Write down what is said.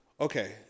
Okay